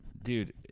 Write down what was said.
Dude